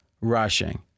rushing